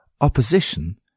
Opposition